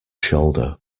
shoulder